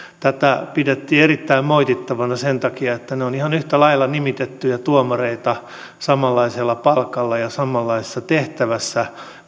tätä pidettiin erittäin moitittavana sen takia että he ovat ihan yhtä lailla nimitettyjä tuomareita samanlaisella palkalla ja samanlaisessa tehtävässä